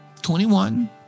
21